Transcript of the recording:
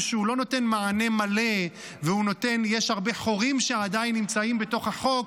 שהוא לא נותן מענה מלא ויש הרבה חורים שעדיין נמצאים בתוך החוק,